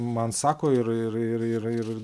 man sako ir ir ir ir ir